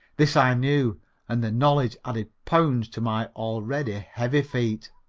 this i knew and the knowledge added pounds to my already heavy feet.